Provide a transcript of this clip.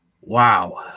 wow